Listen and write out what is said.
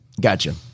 Gotcha